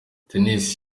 tennis